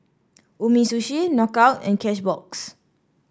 Umisushi Knockout and Cashbox